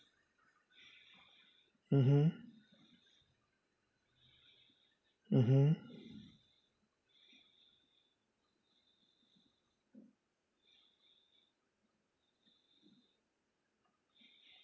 mmhmm mmhmm